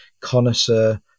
connoisseur